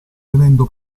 venendo